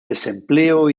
desempleo